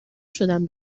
شدم